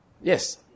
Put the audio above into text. Yes